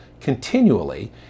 continually